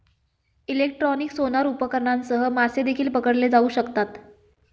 electronic sonar उपकरणांसह मासे देखील पकडले जाऊ शकतात